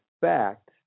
fact